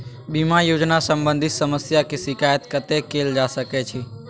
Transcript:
बीमा योजना सम्बंधित समस्या के शिकायत कत्ते कैल जा सकै छी?